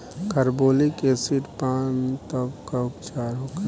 Carbolic acid पान तब का उपचार होखेला?